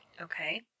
Okay